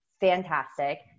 fantastic